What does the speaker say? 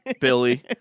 Billy